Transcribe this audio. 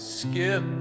skip